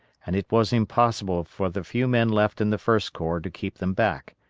and it was impossible for the few men left in the first corps to keep them back,